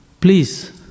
Please